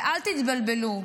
ואל תתבלבלו,